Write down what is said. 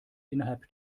innerhalb